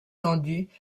tendu